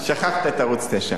שכחתי את ערוץ-9.